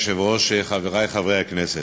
אדוני היושב-ראש, חברי חברי הכנסת,